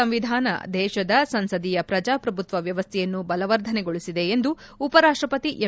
ಸಂವಿಧಾನ ದೇಶದ ಸಂಸದೀಯ ಭಾರತೀಯ ಪ್ರಜಾಪ್ರಭುತ್ವ ವ್ಯವಸ್ಥೆಯನ್ನು ಬಲವರ್ಧನೆಗೊಳಿಸಿದೆ ಎಂದು ಉಪರಾಷ್ಟ ಪತಿ ಎಂ